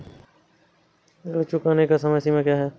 ऋण चुकाने की समय सीमा क्या है?